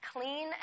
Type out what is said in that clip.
clean